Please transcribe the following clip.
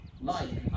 life